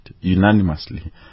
unanimously